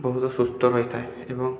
ବହୁତ ସୁସ୍ଥ ରହିଥାଏ ଏବଂ